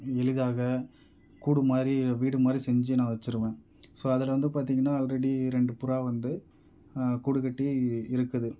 எளிதாக கூடு மாதிரி வீடு மாதிரி செஞ்சு நான் வச்சிடுவேன் ஸோ அதில் வந்து பார்த்திங்கன்னா ஆல்ரெடி ரெண்டு புறா வந்து கூடுகட்டி இருக்குது